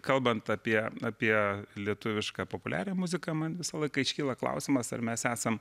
kalbant apie apie lietuvišką populiarąją muziką man visą laiką iškyla klausimas ar mes esam